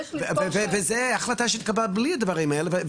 זו החלטה שהתקבלה בלי הדברים האלה.